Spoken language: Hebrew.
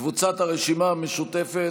קבוצת סיעת הרשימה המשותפת,